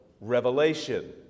revelation